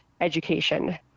education